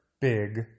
big